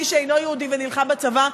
מי שאינו יהודי ונלחם בצבא,